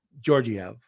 Georgiev